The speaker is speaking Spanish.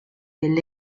del